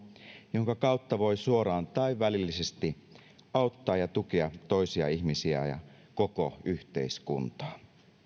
jonka kautta voi suoraan tai välillisesti auttaa ja tukea toisia ihmisiä ja koko yhteiskuntaa